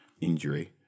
injury